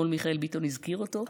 שאתמול מיכאל ביטון הזכיר אותו,